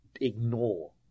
Ignore